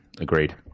Agreed